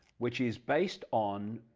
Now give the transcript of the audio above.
which is based on,